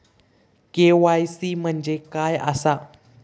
KYC म्हणजे काय आसा?